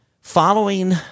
Following